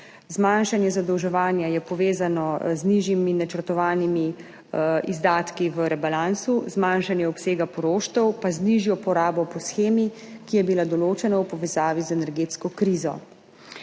Zmanjšanje zadolževanja je povezano z nižjimi načrtovanimi izdatki v rebalansu, zmanjšanje obsega poroštev pa z nižjo porabo po shemi, ki je bila določena v povezavi z energetsko krizo.